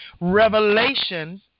Revelation